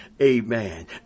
Amen